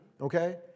okay